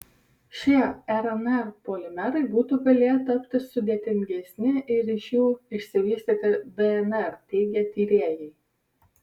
šie rnr polimerai būtų galėję tapti sudėtingesni ir iš jų išsivystyti dnr teigia tyrėjai